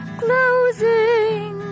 closing